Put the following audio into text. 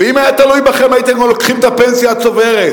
ואם זה היה תלוי בכם הייתם לוקחים את הפנסיה הצוברת,